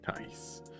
nice